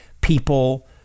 people